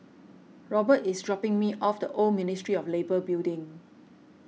Robert is dropping me off the Old Ministry of Labour Building